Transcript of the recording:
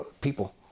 people